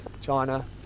China